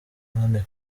anne